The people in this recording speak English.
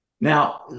Now